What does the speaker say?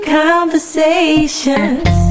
conversations